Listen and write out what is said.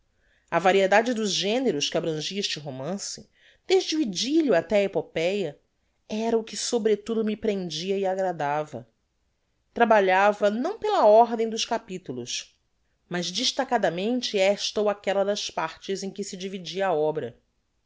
a variedade dos generos que abrangia este romance desde o idylio até a epopéa era o que sobretudo me prendia e agradava trabalhava não pela ordem dos capitulos mas destacadamente esta ou aquella das partes em que se dividia a obra